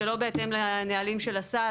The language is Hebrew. שלא בהתאם לנהלים של הסל,